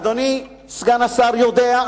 אדוני סגן השר יודע,